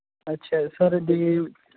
ਅੱਛਾ ਸਰ ਜੇ